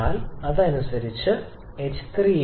അതിനാൽ അതിനനുസരിച്ച് ℎ3 3682